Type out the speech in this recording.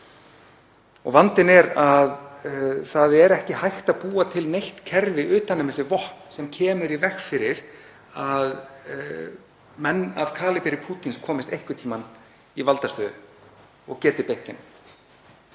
Vandinn er að það er ekki hægt að búa til neitt kerfi utan um þessi vopn sem kemur í veg fyrir að menn af kalíberi Pútíns komist einhvern tímann í valdastöðu og geti beitt þeim.